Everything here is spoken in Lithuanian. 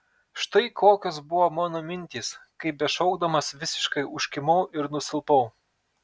štai kokios buvo mano mintys kai bešaukdamas visiškai užkimau ir nusilpau